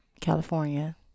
California